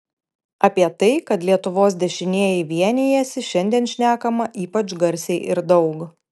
apie tai kad lietuvos dešinieji vienijasi šiandien šnekama ypač garsiai ir daug